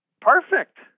perfect